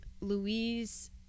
louise